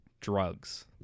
Drugs